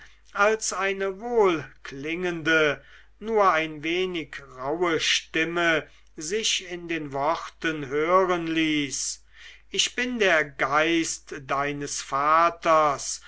als eine wohlklingende nur ein wenig rauhe stimme sich in den worten hören ließ ich bin der geist deines vaters